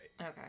Okay